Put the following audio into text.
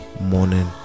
morning